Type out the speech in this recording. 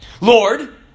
lord